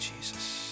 Jesus